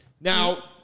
now